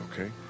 okay